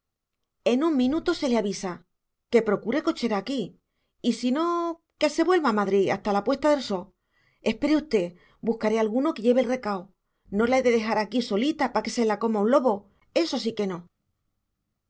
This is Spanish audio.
en un minuto se le avisa que procure cochera aquí y si no que se vuelva a madrid hasta la puesta del sol espere usted buscaré alguno que lleve el recao no la he de dejar aquí solita pa que se la coma un lobo eso sí que no